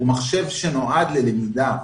זה מחשב שנועד ללמידה,